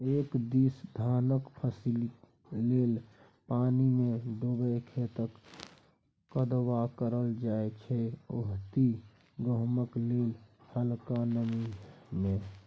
एक दिस धानक फसिल लेल पानिमे डुबा खेतक कदबा कएल जाइ छै ओतहि गहुँमक लेल हलका नमी मे